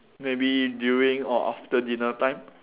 maybe during or after dinner time